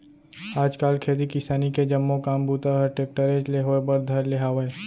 आज काल खेती किसानी के जम्मो काम बूता हर टेक्टरेच ले होए बर धर ले हावय